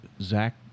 Zach